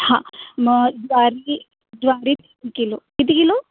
हां मग ज्वारी ज्वारी तीन किलो किती किलो